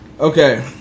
okay